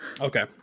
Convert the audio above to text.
okay